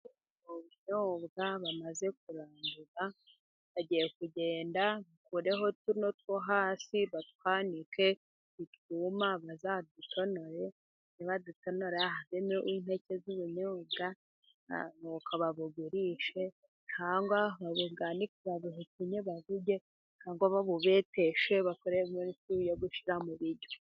Ubunyobwa bamaze kurandura bagiye kugenda bakureho tuno two hasi batwanike nitwuma bazadutonore, nibadutonora havemo impeke z'ubunyobwa n'uko babugurishe cyangwa ba babwanike babuhekenye baburye ,cyangwa babubeteshe bakoremo ifu yo gushyira mu biryo.